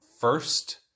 first